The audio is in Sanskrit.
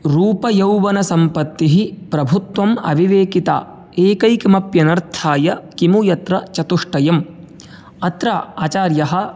रूपयौवनसम्पत्तिः प्रभुत्वम् अविवेकिता एकैकमप्यनर्थाय किमु यत्र चतुष्टयम् अत्र आचार्यः